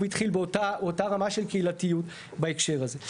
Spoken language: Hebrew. התחיל באותה רמה של קהילתיות בהקשר הזה.